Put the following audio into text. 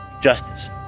justice